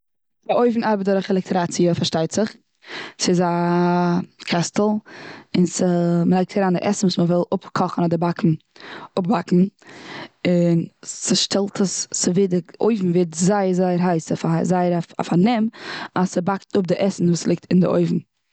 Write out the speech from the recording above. א אויוון ארבעט דורך עלעקטריטאציע פארשטייט זיך. ס'איז א קעסטל, און ס'- מ'לייגט אריין די עסן וואס מ'וויל אפקאכן אדער אפבאקן, אפבאקן און ס'שטעלט עס ס'ווערט די אויוון ווערט זייער, זייער, הייס אויף א זייער, א פארנעם אז ס'באקט אפ די עסן וואס ליגט און די אויוון.